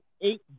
eight